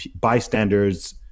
bystanders